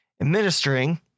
administering